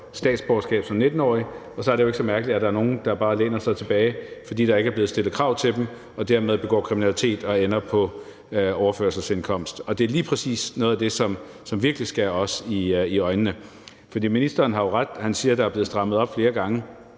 statsborgerskab som 19-årig, og så er det jo ikke så mærkeligt, at der er nogle, der bare læner sig tilbage, fordi der ikke er blevet stillet krav til dem, og dermed begår kriminalitet og ender på overførselsindkomst. Og det er lige præcis noget af det, som virkelig springer os i øjnene. For ministeren har jo ret, når han siger, at der er blevet strammet op flere gange,